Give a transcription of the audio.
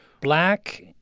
Black